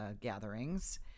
gatherings